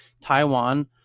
Taiwan